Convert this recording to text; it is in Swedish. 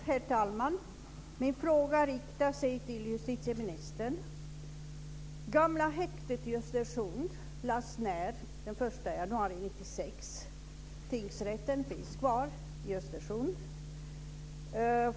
Herr talman! Min fråga riktar sig till justitieministern. 1996. Tingsrätten finns kvar i Östersund.